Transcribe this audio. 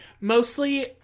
Mostly